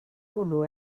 hwnnw